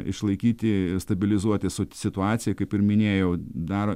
išlaikyti ir stabilizuoti situaciją kaip ir minėjau dar